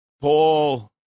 Paul